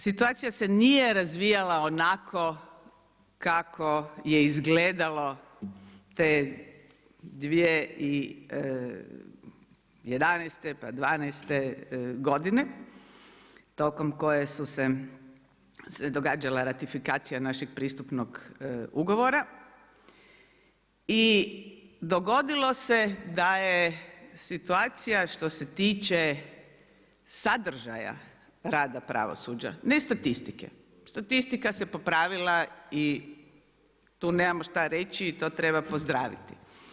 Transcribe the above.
Situacija se nije razvijala onako kako je izgledalo te 2011., pa 2012. g. tokom koje su se događala ratifikacija pristupnog ugovora i dogodilo se da je situacija, što se tiče sadržaja rada pravosuđa, ne statistike, statistika se popravila i tu nemamo što reći i to treba pozdraviti.